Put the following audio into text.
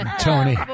Tony